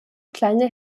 kleine